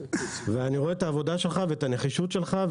ואני רואה את העבודה שלך ואת הנחישות שלך,